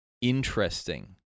interesting